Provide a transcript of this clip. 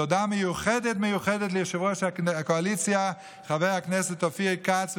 תודה מיוחדת מיוחדת ליושב-ראש הקואליציה חבר הכנסת אופיר כץ,